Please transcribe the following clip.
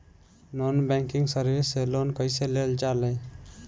Non banking service से loan कैसे लेल जा ले?